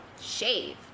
shave